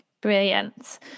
Brilliant